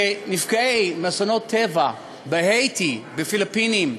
נפגעי אסונות טבע, בהאיטי, בפיליפינים,